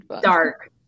dark